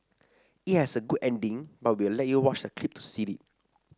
it has a good ending but we'll let you watch the clip to see it